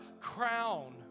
crown